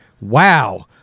Wow